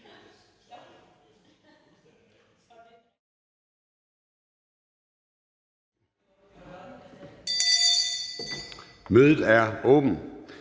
Mødet er åbnet.